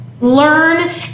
learn